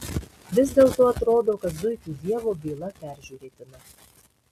vis dėlto atrodo kad zuikių dievo byla peržiūrėtina